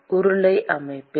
உருளை அமைப்பில்